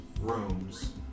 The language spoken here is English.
rooms